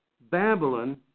Babylon